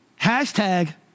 hashtag